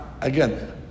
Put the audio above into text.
again